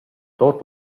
tuot